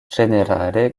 ĝenerale